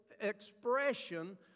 expression